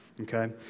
Okay